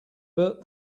bert